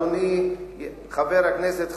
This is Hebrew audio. אדוני חבר הכנסת חסון: